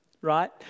Right